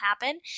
happen